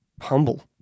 humble